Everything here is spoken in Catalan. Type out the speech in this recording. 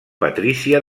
patrícia